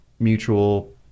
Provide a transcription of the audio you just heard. mutual